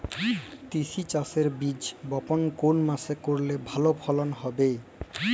তিসি চাষের বীজ বপন কোন মাসে করলে ভালো ফলন হবে?